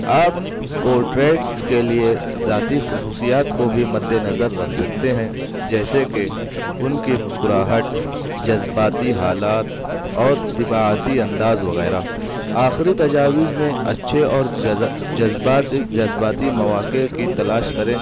آپ پورٹریس کے لیے ذاتی خصوصیات کو بھی مد نظر رکھ سکتے ہیں جیسے کہ ان کی مسکراہٹ جذباتی حالات اور طباعتی انداز وغیرہ آخری تجاویز میں اچھے اور جذباتی جذباتی مواقع کی تلاش کریں